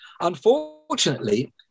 unfortunately